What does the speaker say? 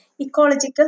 ecological